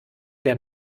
der